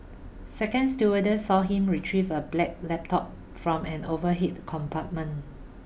a second stewardess saw him retrieve a black laptop from an overhead compartment